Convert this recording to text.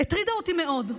הטרידה אותי מאוד.